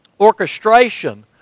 orchestration